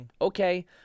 Okay